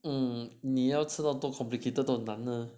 嗯你要吃到多 complicated 都很难呢